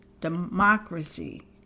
democracy